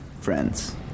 friends